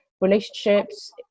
relationships